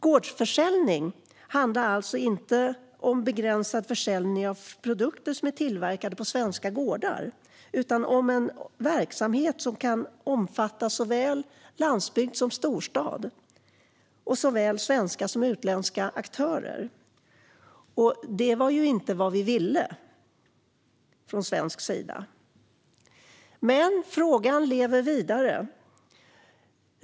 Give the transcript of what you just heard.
Gårdsförsäljning handlar alltså inte om begränsad försäljning av produkter som är tillverkade på svenska gårdar utan om verksamhet som kan omfatta såväl landsbygd som storstad och såväl svenska som utländska aktörer. Det var ju inte vad vi ville från svensk sida. Frågan lever dock vidare.